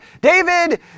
David